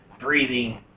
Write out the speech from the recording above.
breathing